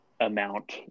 amount